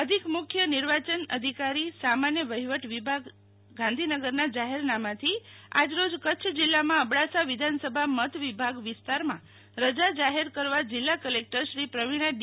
અધિક મુખ્ય નિર્વાચન અધિકારી સામાન્ય વહીવટ વિભાગ યૂંટણી વિભાગ ગાંધીનગરના જાહેરનામાથી આવતીકાલે ક ચ્છ જિલ્લામાં અબડાસા વિધાનસભા મતવિભાગ વિસ્તારમાં રજા જાહેર કરવા જિલ્લા કલેકટરશ્રી પ્રવિણા ડી